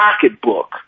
pocketbook